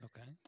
okay